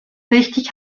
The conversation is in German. richtig